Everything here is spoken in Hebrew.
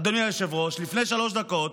אדוני היושב-ראש, לפני שלוש דקות,